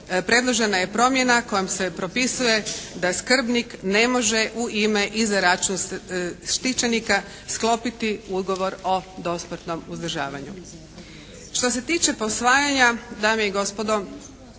predložena je promjena kojom se propisuje da skrbnik ne može u ime i za račun štićenika sklopiti ugovor o dosmrtnom uzdržavanju. Što se tiče posvajanja dame i gospodo,